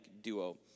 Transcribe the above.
duo